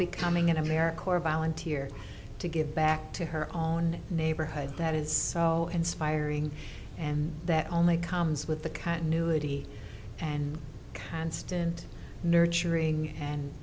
becoming an american or volunteer to give back to her own neighborhood that is so inspiring and that only comes with the continuity and constant nurturing and